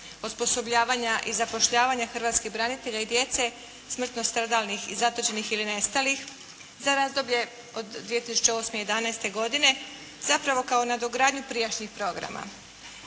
osposobljavanja i zapošljavanja hrvatskih branitelja i djece smrtno stradalih, zatočenih i nestalih za razdoblje od 2008.-2011. godine, zapravo kao nadogradnju prijašnjih programa